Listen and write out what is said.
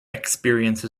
experience